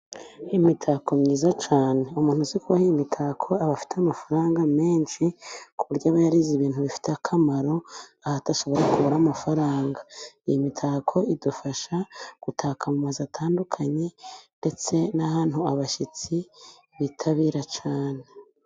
Imitako myiza cyane, umuntu uzi kuboha imitako, aba afite amafaranga menshi, ku buryo aba yarize ibintu bifite akamaro, aho atashobora kubura amafaranga. Iyi mitako idufasha gutaka amazu atandukanye, ndetse n'ahantu abashyitsi bitabira cyane.